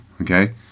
okay